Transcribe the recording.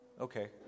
Okay